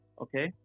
okay